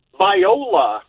viola